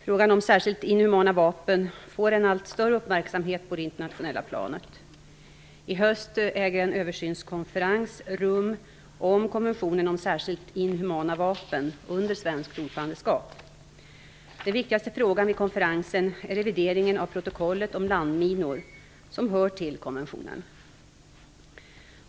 Frågan om särskilt inhumana vapen får en allt större uppmärksamhet på det internationella planet. I höst äger en översynskonferens rum om konventionen om särskilt inhumana vapen under svenskt ordförandeskap. Den viktigaste frågan vid konferensen är revideringen av protokollet om landminor som hör till konventionen.